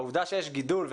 העובדה שיש גידול בנרשמים,